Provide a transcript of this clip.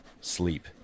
sleep